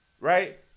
Right